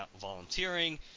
volunteering